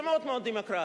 זה מאוד מאוד דמוקרטי.